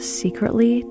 secretly